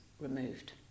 removed